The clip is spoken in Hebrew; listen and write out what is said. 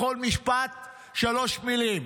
בכל משפט שלוש מילים.